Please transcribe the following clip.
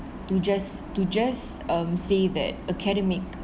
to just to just um say that academic